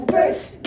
First